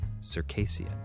Circassian